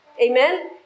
Amen